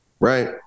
Right